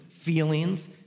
feelings